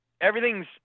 everything's